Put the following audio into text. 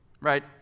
Right